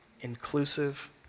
inclusive